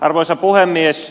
arvoisa puhemies